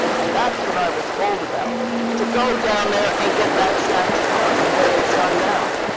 and that's what i was told about to go down there and get that statue done the way it's done now.